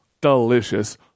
delicious